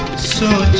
so